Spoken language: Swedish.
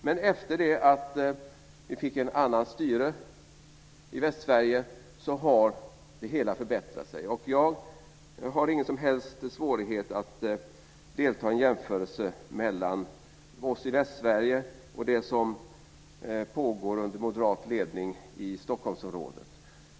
Men efter det att vi fick ett annat styre i Västsverige har det hela förbättrats. Jag har ingen som helst svårighet att delta i en jämförelse mellan oss i Västsverige och det som pågår under moderat ledning i Stockholmsområdet.